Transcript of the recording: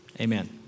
Amen